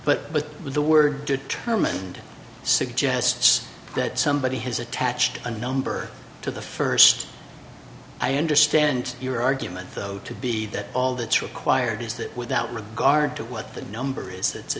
but with the word determined suggests that somebody has attached a number to the first i understand your argument though to be that all the two acquired is that without regard to what the number is it's a